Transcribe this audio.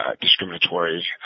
discriminatory